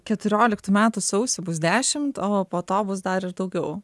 keturioliktų metų sausį bus dešimt o po to bus dar ir daugiau